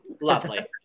Lovely